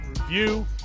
review